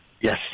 Yes